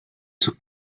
sus